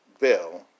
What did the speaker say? bill